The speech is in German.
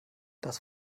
das